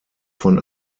von